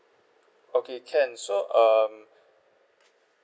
okay can so um